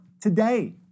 today